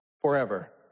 forever